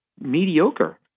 mediocre